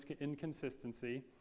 inconsistency